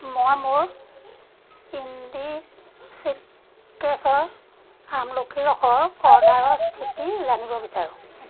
মই মোৰ ইণ্ডিচিক্ৰেট্ছ আমলখিৰ ৰসৰ অৰ্ডাৰৰ স্থিতি জানিব বিচাৰোঁ